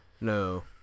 No